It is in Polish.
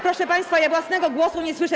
Proszę państwa, ja własnego głosu nie słyszę.